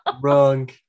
Wrong